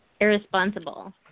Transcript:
Irresponsible